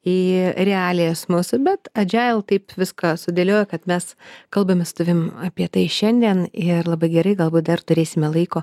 į realijas mūsų bet adžejel taip viską sudėliojo kad mes kalbame su tavim apie tai šiandien ir labai gerai galbūt dar turėsime laiko